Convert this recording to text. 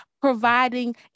providing